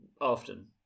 often